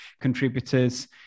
contributors